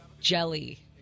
jelly